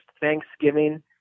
Thanksgiving